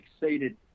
exceeded